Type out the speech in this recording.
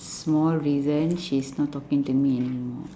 small reason she's not talking to me anymore